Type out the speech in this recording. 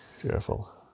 Careful